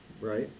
right